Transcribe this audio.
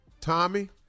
Tommy